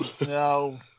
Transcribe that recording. no